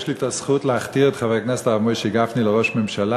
יש לי את הזכות להכתיר את חבר הכנסת הרב משה גפני לראש ממשלה.